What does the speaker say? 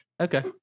Okay